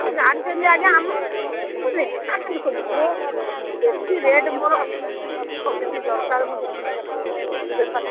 ଆପଣ ଜାଣିଛନ୍ତି ଆଜ୍ଞା ଆମ ବେଶୀ ଦେଖନ୍ତୁ ମୁଁ ବେଶୀ ରେଟ୍ ମୋର ଯେତିକି ଦରକାର ମୁଁ ସେତିକି ବେପାର